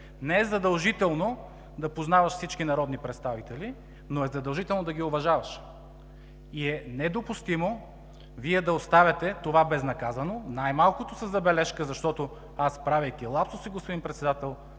Не е задължително да познаваш всички народни представители, но е задължително да ги уважаваш и е недопустимо Вие да оставяте това безнаказано, най-малкото със забележка, защото аз, правейки лапсуси, господин Председател,